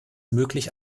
möglich